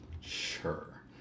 Sure